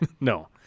No